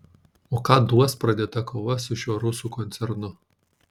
o ką duos pradėta kova su šiuo rusų koncernu